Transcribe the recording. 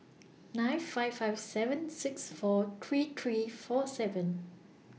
nine five five seven six four three three four seven